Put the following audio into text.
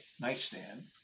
nightstand